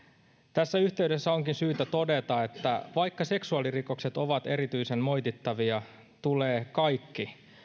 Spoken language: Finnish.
tässä yhteydessä onkin syytä todeta että vaikka seksuaalirikokset ovat erityisen moitittavia tulee kaikki